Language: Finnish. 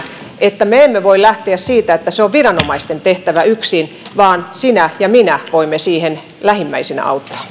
että me emme voi lähteä siitä että se on viranomaisten tehtävä yksin vaan sinä ja minä voimme siihen lähimmäisinä